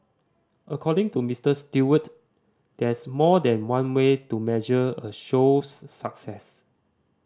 according to Mister Stewart there's more than one way to measure a show's success